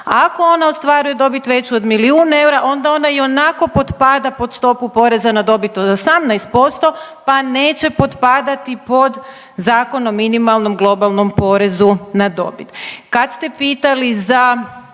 Ako ona ostvaruje dobit veću od milijun eura, onda ona ionako potpada pod stopu poreza na dobit od 18% pa neće potpadati pod Zakon o minimalnom globalnom porezu na dobit. Kad ste pitali za